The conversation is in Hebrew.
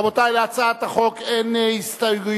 רבותי, להצעת החוק אין הסתייגויות,